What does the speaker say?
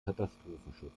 katastrophenschutz